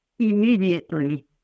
immediately